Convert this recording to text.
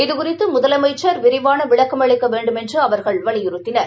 இது குறித்து முதலமைச்சர் விரிவான விளக்கம் அளிக்க வேண்டுமென்று அவர்கள் வலியுறுத்தினர்